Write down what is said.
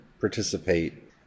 participate